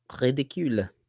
Ridicule